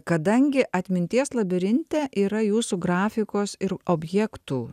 kadangi atminties labirinte yra jūsų grafikos ir objektų